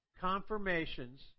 confirmations